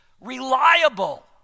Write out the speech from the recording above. reliable